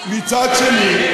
מצד שני,